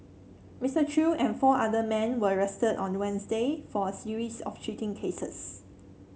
Mister Chew and four other men were arrested on Wednesday for a series of cheating cases